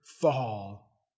fall